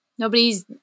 Nobody's